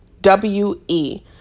W-E